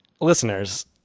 listeners